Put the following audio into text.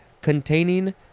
containing